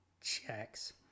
checks